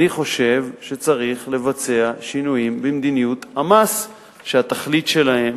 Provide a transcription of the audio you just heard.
אני חושב שצריך לבצע שינויים במדיניות המס שהתכלית שלהם